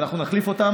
ואנחנו נחליף אותה